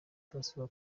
barasabwa